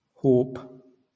Hope